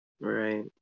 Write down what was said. Right